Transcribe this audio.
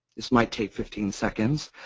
this might take fifteen seconds.